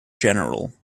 general